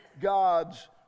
God's